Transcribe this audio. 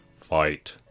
fight